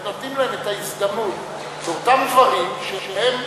רק נותנים להם את ההזדמנות לאותם דברים שהם